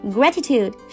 Gratitude